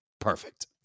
Perfect